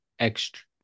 extra